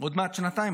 עוד מעט שנתיים.